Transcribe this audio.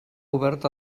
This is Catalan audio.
obert